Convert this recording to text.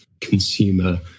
consumer